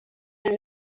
dan